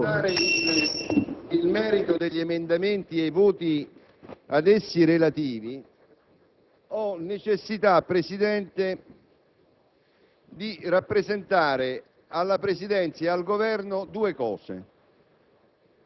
Presidente, prima di affrontare il merito degli emendamenti e i voti ad essi relativi, ho necessità di